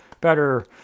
better